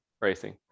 racing